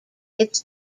its